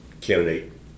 candidate